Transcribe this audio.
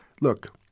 Look